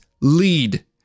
lead